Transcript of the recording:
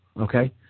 Okay